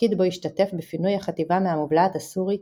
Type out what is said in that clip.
תפקיד בו השתתף בפינוי החטיבה מהמובלעת הסורית